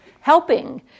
helping